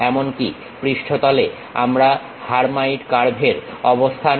এমনকি পৃষ্ঠতলে আমরা হারমাইট কার্ভের অবস্থান নির্দেশ করতে চাইছি